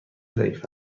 ضعیف